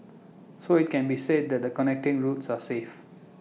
so IT can be said that the connecting routes are safe